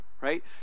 right